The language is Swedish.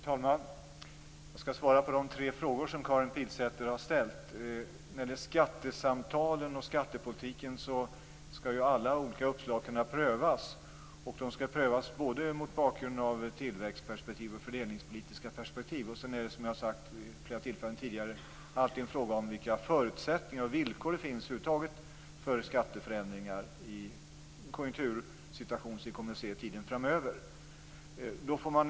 Herr talman! Jag skall svara på de tre frågor som Karin Pilsäter har ställt. När det gäller skattepolitiken skall alla olika uppslag kunna prövas. De skall prövas både mot bakgrund av ett tillväxtperspektiv och ett fördelningspolitiskt perspektiv. Som jag har sagt vid flera tillfällen tidigare är det alltid en fråga om vilka förutsättningar det finns över huvud taget för skatteförändringar i konjunktursituationen framöver.